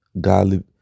godly